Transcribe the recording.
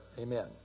Amen